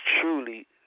truly